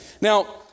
Now